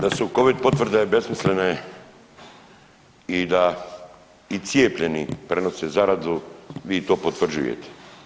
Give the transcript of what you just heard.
Da su Covid potvrde besmislene i da i cijepljeni prenose zarazu vi to potvrđujete.